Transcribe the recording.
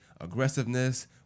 aggressiveness